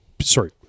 sorry